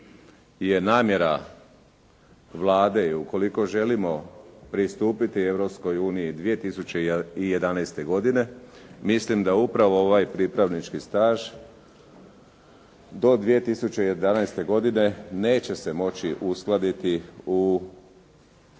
je namjera Vlade i ukoliko želimo pristupiti Europskoj uniji 2011. godine, mislim da upravo ovaj pripravnički staž do 2011. godine neće se moći uskladiti u sustavu